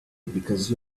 because